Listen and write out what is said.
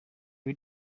dwi